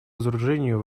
разоружению